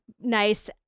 nice